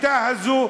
השיטה הזאת,